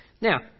Now